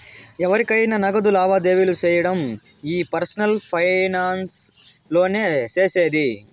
ఎవురికైనా నగదు లావాదేవీలు సేయడం ఈ పర్సనల్ ఫైనాన్స్ లోనే సేసేది